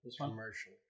Commercial